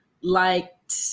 liked